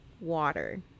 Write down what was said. water